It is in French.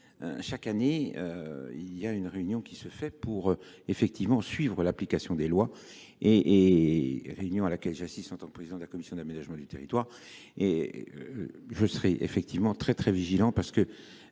Chaque année il y a une réunion qui se fait pour effectivement suivre l'application des lois et réunion à laquelle j'assiste en tant que président de la commission d'aménagement du territoire et je serai effectivement très très vigilant parce que